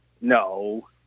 No